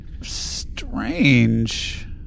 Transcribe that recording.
strange